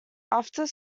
after